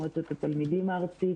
מועצת התלמידים הארצית.